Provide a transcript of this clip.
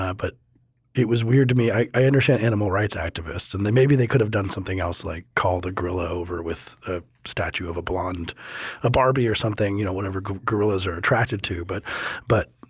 ah but it was weird to me. i understand animal rights activists and maybe they could have done something else like call the gorilla over with a statue of a blonde a barbie or something. you know, whatever gorillas are attracted to. but but